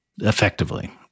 effectively